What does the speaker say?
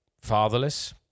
fatherless